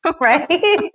Right